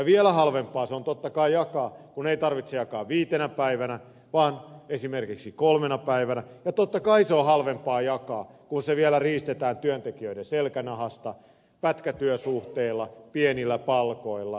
vielä halvempaa se on totta kai jakaa kun ei tarvitse jakaa viitenä päivänä vaan esimerkiksi kolmena päivänä ja totta kai se on halvempaa jakaa kun se vielä riistetään työntekijöiden selkänahasta pätkätyösuhteilla pienillä palkoilla epävarmuudella